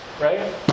right